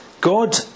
God